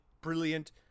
brilliant